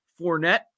Fournette